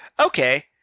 okay